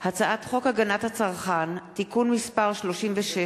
הצעת חוק הגנת הצרכן (תיקון מס' 36),